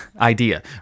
Idea